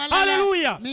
Hallelujah